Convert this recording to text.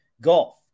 golf